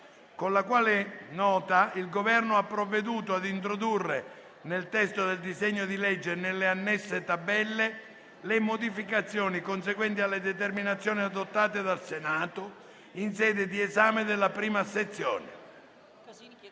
con la quale il Governo ha provveduto ad introdurre nel testo del disegno di legge e nelle annesse tabelle le modificazioni conseguenti alle determinazioni adottate dal Senato in sede di esame della prima sezione.